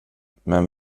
men